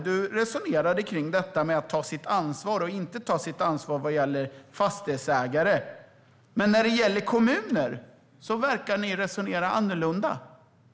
Du resonerade kring detta med att ta sitt ansvar och inte vad gäller fastighetsägare. Men när det gäller kommuner verkar ni resonera annorlunda.